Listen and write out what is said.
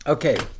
Okay